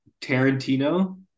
Tarantino